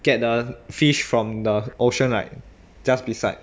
get the fish from the ocean like just beside